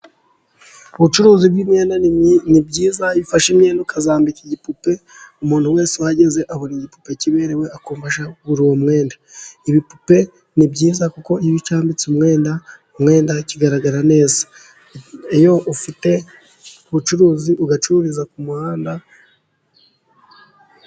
Ubucuruzi bw'imyenda ni bwiza, iyo ifashe imyenda ukayambika igipupe, umuntu wese uhageze abona igipupe kiberewe akumva ashaka kugura uwo mwenda, ibipupe ni byiza kuko iyo ucyambitse umwenda kigaragara neza, iyo ufite ubucuruzi ugacururiza ku muhanda.